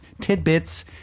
tidbits